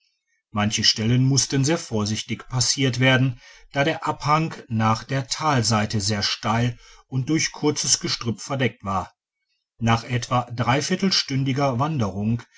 manche stellen mussten sehr vorsichtig passiert werden da der abhang nach der talseite sehr steil und durch kurzes gestrüpp verdeckt war nach etwa stündiger wanderung